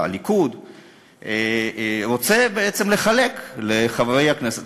הליכוד רוצה בעצם לחלק לחברי הכנסת.